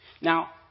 Now